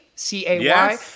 C-A-Y